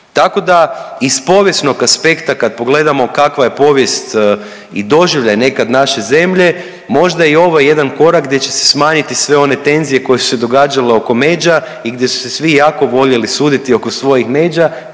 Tako da iz povijesnog aspekta kad pogledamo kakva je povijest i doživljaj nekad naše zemlje možda je i ovo jedan korak gdje će se smanjiti sve one tenzije koje su se događale oko međa i gdje su se svi jako voljeli suditi oko svojih međa,